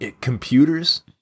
computers